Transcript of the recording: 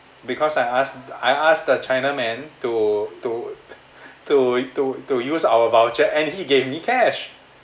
because I ask I ask the china man to to to to to use our voucher and he gave me cash